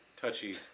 touchy